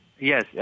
Yes